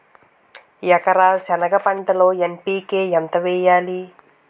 ఎకర సెనగ పంటలో ఎన్.పి.కె ఎంత వేయాలి?